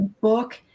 book